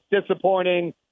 disappointing